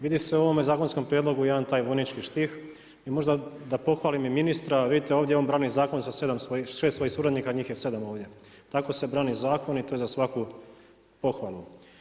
Vidi se u ovome zakonskom prijedlogu jedan taj vojnički štih i možda da pohvalim i ministra, vidite ovdje on brani zakon sa 6 svojih suradnika a njih je 7 ovdje, tako se brani zakon i to je za svaku pohvalu.